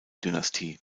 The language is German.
dynastie